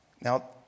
Now